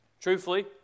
Truthfully